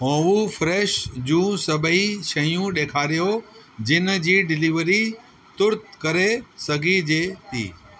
होवू फ्रेश जू सभई शयूं ॾेखारियो जिनि जी डिलीवरी तुर्त करे सघिजे थी